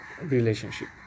relationship